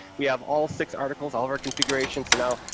we have all six articles, all of our configurations, so now,